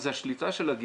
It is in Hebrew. כשמדובר על אלימות כלכלית,